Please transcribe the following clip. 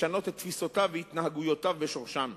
לשנות את תפיסותיו והתנהגויותיו בשורשן,